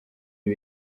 iba